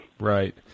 Right